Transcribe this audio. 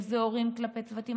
אם זה הורים כלפי צוותים.